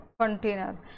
container